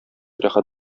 рәхәт